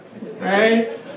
right